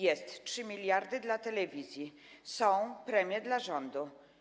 Jest 3 mld dla telewizji, są premie dla rządu.